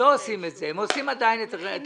הם לא עושים את זה, הם עושים עדיין את הרשימה.